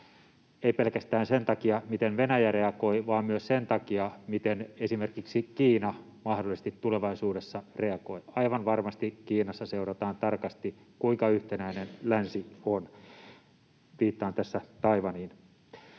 ei pelkästään sen takia, miten Venäjä reagoi, vaan myös sen takia, miten esimerkiksi Kiina mahdollisesti tulevaisuudessa reagoi. Aivan varmasti Kiinassa seurataan tarkasti, kuinka yhtenäinen länsi on — viittaan tässä Taiwaniin.